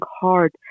hard